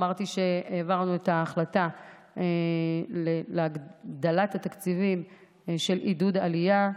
אמרתי שהעברנו את ההחלטה על הגדלת התקציבים של עידוד העלייה.